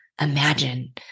imagine